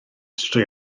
drwy